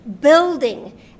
building